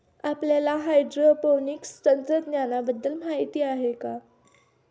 आपल्याला हायड्रोपोनिक्स तंत्रज्ञानाबद्दल माहिती आहे का?